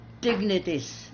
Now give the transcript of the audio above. dignities